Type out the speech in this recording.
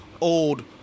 old